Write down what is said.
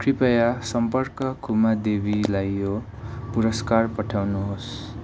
कृपया सम्पर्क खुमा देवीलाई यो पुरस्कार पठाउनुहोस्